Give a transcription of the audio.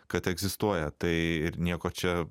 kad egzistuoja tai ir nieko čia